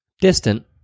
distant